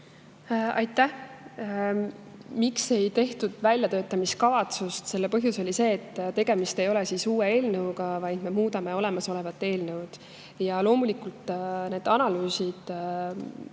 Aitäh! Miks ei tehtud väljatöötamiskavatsust, selle põhjus oli see, et tegemist ei ole uue eelnõuga. Me muudame olemasolevat eelnõu. Loomulikult need analüüsid